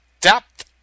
depth